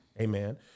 Amen